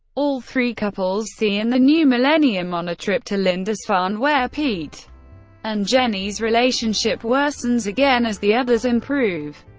all three couples see in the new millennium on a trip to lindisfarne, where pete and jenny's relationship worsens again as the others' improve.